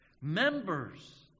members